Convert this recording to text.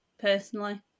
personally